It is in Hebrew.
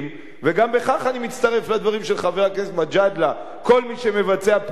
וגם בכך אני מצטרף לדברים של חבר הכנסת מג'אדלה: כל מי שמבצע פעולות,